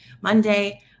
Monday